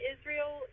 Israel